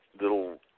little